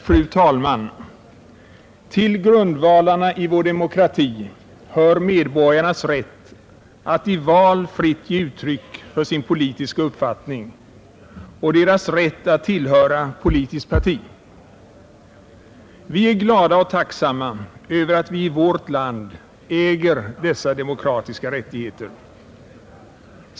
Fru talman! Till grundvalarna i vår demokrati hör medborgarnas rätt att i val fritt ge uttryck för sin politiska uppfattning och deras rätt att tillhöra politiskt parti. Vi är glada och tacksamma över att vi i vårt land äger dessa demokratiska rättigheter.